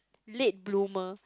late bloomer